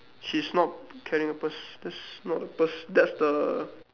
she's not carrying a purse that's not a purse that's the